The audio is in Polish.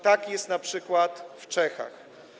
Tak jest np. w Czechach.